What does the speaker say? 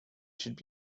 should